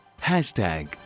Hashtag